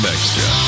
Extra